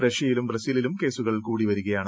റഷ്യയിലും ബ്രസീലിലും കേസുകൾ കൂടിവരികയാണ്